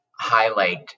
highlight